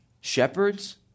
Shepherds